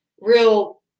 real